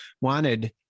wanted